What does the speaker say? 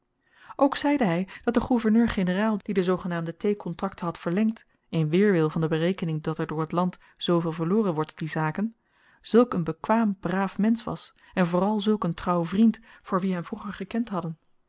ook zeide hy dat de gouverneur-generaal die de zoogenaamde theekontrakten had verlengd in weerwil van de berekening dat er door t land zooveel verloren wordt op die zaken zulk een bekwaam braaf mensch was en vooral zulk een trouw vriend voor wie hem vroeger gekend hadden